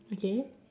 okay